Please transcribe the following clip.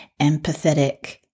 empathetic